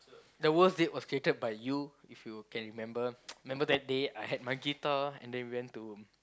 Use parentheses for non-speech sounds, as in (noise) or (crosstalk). the worst date was created by you if you can remember (noise) remember that day I had my guitar and then we went to